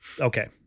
okay